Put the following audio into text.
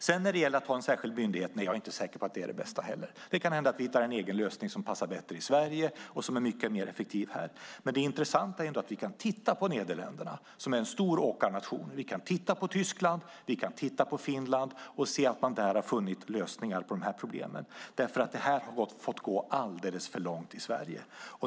När det sedan gäller att ha en särskild myndighet är inte jag heller säker på att det är det bästa. Det kan hända att vi hittar en egen lösning som passar bättre i Sverige och som är mycket mer effektiv här. Men det intressanta är ändå att vi kan titta på Nederländerna som är en stor åkarnation. Vi kan titta på Tyskland och på Finland och se att man där har funnit lösningar på de här problemen, därför att det här har fått gå alldeles för långt i Sverige.